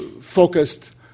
focused